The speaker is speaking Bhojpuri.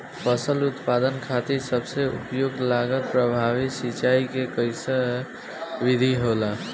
फसल उत्पादन खातिर सबसे उपयुक्त लागत प्रभावी सिंचाई के कइसन विधि होला?